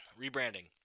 rebranding